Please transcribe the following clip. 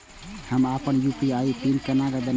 हम अपन UPI pin केना बनैब?